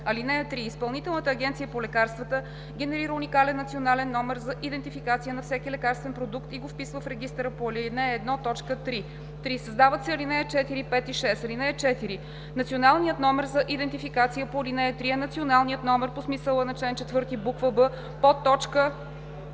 ал. 3: „(3) Изпълнителната агенция по лекарствата генерира уникален национален номер за идентификация на всеки лекарствен продукт и го вписва в регистъра по ал. 1, т. 3.“ 3. Създават се ал. 4, 5 и 6: „(4) Националният номер за идентификация по ал. 3 е националният номер, по смисъла на чл. 4, буква б), подточка